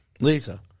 Lisa